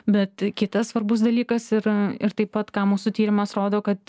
bet kitas svarbus dalykas yra ir taip pat ką mūsų tyrimas rodo kad